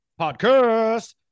Podcast